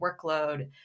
workload